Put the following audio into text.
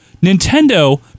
Nintendo